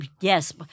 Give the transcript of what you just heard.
yes